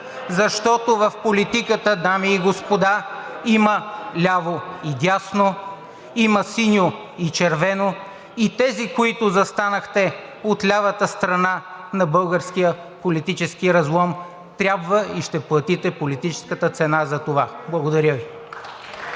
Защото в политиката, дами и господа, има ляво и дясно, има синьо и червено, и тези, които застанахте от лявата страна на българския политически разлом, трябва и ще платите политическата цена за това. Благодаря Ви.